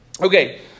okay